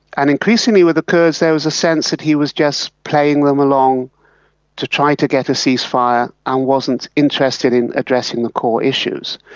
and increasingly with the kurds there was a sense that he was just playing them along to try to get a ceasefire and wasn't interested in addressing the core issues,